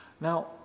Now